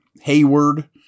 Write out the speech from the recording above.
Hayward